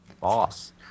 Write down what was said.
boss